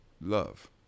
Love